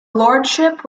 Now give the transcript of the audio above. lordship